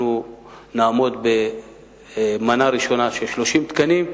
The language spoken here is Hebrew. אנחנו נעמוד במנה ראשונה של 30 תקנים.